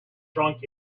drunk